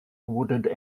wooded